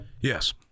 Yes